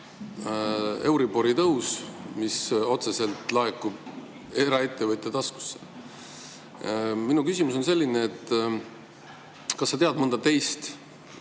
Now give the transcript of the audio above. euribori tõusu [tõttu kasum] laekub eraettevõtja taskusse. Minu küsimus on selline, kas sa tead mõnda teist